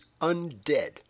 undead